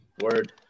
Word